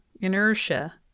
inertia